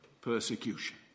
persecution